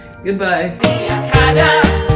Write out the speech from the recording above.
Goodbye